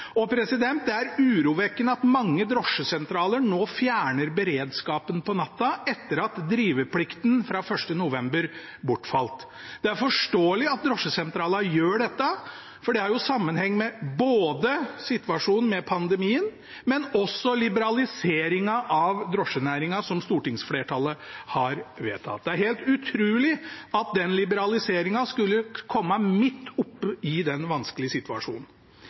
og det er urovekkende at mange drosjesentraler nå fjerner beredskapen på natta, etter at driveplikten bortfalt fra 1. november. Det er forståelig at drosjesentralene gjør dette, for det har sammenheng med situasjonen med pandemien, men også med liberaliseringen av drosjenæringen, som stortingsflertallet har vedtatt. Det er helt utrolig at den liberaliseringen skulle komme midt oppe i den vanskelige situasjonen.